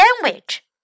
sandwich